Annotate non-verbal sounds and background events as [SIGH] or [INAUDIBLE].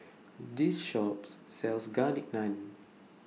This Shop sells Garlic [NOISE] Naan